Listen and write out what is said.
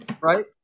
right